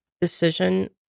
decision